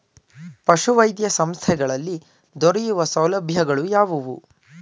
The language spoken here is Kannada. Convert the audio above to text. ಪಶುವೈದ್ಯ ಸಂಸ್ಥೆಗಳಲ್ಲಿ ದೊರೆಯುವ ಸೌಲಭ್ಯಗಳು ಯಾವುವು?